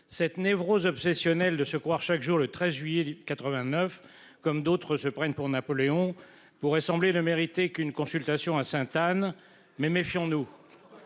Cette névrose obsessionnelle de se croire chaque jour le 13 juillet 89. Comme d'autres se prenne pour Napoléon pourrait sembler le mériter qu'une consultation à Sainte-Anne. Mais méfions-nous.